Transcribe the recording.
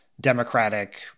Democratic